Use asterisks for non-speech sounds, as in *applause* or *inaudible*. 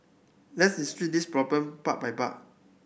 let's *unintelligible* this problem part by part